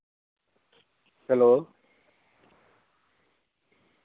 hello